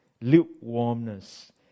lukewarmness